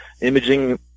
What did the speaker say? imaging